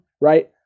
right